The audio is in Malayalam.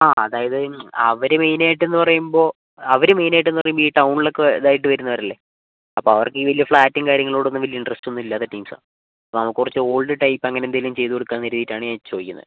ആ അതായത് അവർ മെയിൻ ആയിട്ടെന്ന് പറയുമ്പോൾ അവർ മെയിൻ ആയിട്ടെന്ന് പറയുമ്പോൾ ഈ ടൗണിലൊക്കെ ഇതായിട്ട് വരുന്നവരല്ലേ അപ്പം അവർക്ക് ഈ വലിയ ഫ്ലാറ്റും കാര്യങ്ങളോടൊന്നും വലിയ ഇൻറ്ററസ്റ്റൊന്നും ഇല്ലാത്ത ടീംസാ അപ്പം നമുക്ക് കുറച്ച് ഓൾഡ് ടൈപ്പ് അങ്ങനെ എന്തേലും ചെയ്ത് കൊടുക്കാന്ന് കരുതീട്ടാണ് ഞാൻ ചോദിക്കുന്നത്